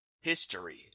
History